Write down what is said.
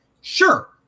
Sure